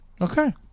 Okay